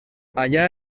allà